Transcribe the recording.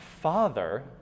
father